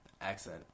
accent